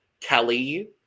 Kelly